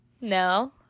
No